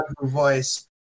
voice